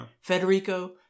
Federico